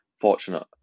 Fortunate